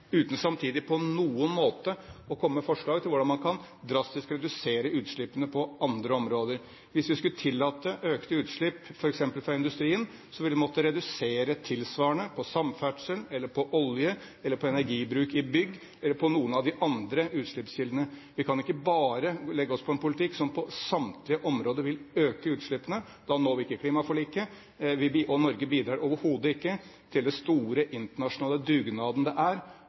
uten samtidig på noen måte å komme med forslag til hvordan man kan redusere drastisk utslippene på andre områder. Hvis vi skulle tillate økte utslipp f.eks. fra industrien, ville vi måtte redusere tilsvarende på samferdsel eller på olje eller på energibruk i bygg eller på noen av de andre utslippskildene. Vi kan ikke bare legge oss på en politikk som på samtlige områder vil øke utslippene. Da når vi ikke klimaforliket, og Norge bidrar overhodet ikke til den store internasjonale dugnaden det er